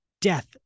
Death